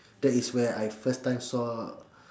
that is where I first time saw